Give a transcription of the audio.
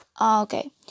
Okay